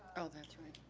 oh that's right,